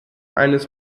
eines